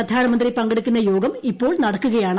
പ്രധാനമന്ത്രി പങ്കെടുക്കുന്ന യോഗം ഇപ്പോൾ നടക്കുകയാണ്